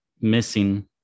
missing